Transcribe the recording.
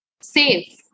safe